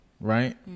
Right